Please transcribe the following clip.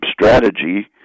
strategy